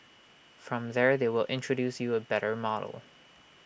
from there they will introduce you A better model